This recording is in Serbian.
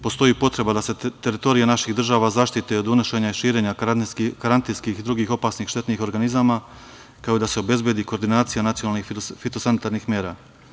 Postoji potreba da se teritorija naših država zaštite od unošenja i širenja karantinskih i drugih opasnih štetnih organizama, kao i da se obezbedi koordinacija nacionalnih fitosanitarnih mera.